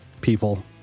people